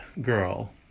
girl